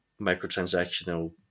microtransactional